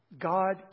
God